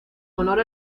honor